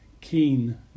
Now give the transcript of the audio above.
keen